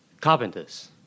carpenters